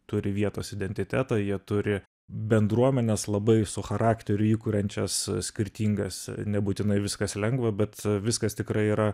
turi vietos identitetą jie turi bendruomenes labai su charakteriu įkuriančias skirtingas nebūtinai viskas lengva bet viskas tikrai yra